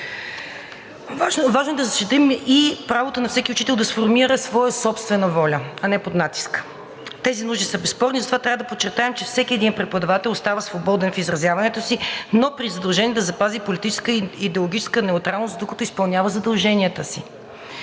Важно е да защитим и правото на всеки учител да сформира своя собствена воля, а не под натиск. Тези нужди са безспорни и затова трябва да подчертаем, че всеки един преподавател остава свободен в изразяването си, но при задължение да запази политическа и идеологическа неутралност, докато изпълнява задълженията си.